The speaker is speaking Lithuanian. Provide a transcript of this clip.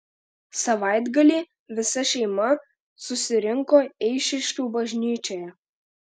savaitgalį visa šeima susirinko eišiškių bažnyčioje